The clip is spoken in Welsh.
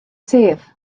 sedd